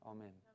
Amen